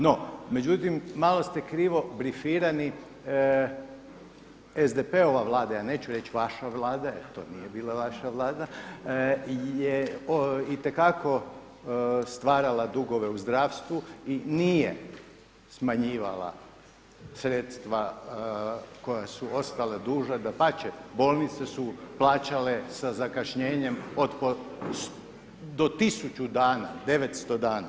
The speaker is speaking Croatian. No, međutim malo ste krivo brifirani, SDP-ova Vlada, ja neću reći vaša Vlada jer to nije bila vaša Vlada, je itekako stvarala dugove u zdravstvu i nije smanjivala sredstva koja su ostali dužna, dapače bolnice su plaćale sa zakašnjenjem do 1000 dana, 900 dana.